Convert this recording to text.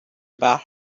but